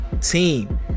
team